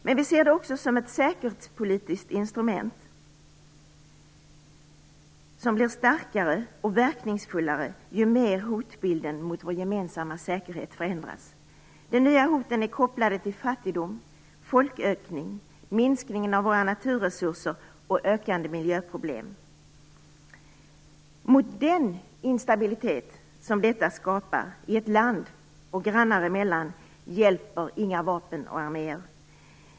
Men vi ser det också som ett säkerhetspolitiskt instrument som blir starkare och verkningsfullare ju mer hotbilden mot vår gemensamma säkerhet förändras. De nya hoten är kopplade till fattigdom, folkökning, minskningen av våra naturresurser och de ökande miljöproblemen. Mot den instabilitet som detta skapar i ett land, och mellan grannar, hjälper inga vapen och arméer.